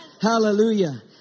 Hallelujah